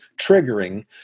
triggering